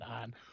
on